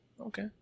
Okay